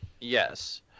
Yes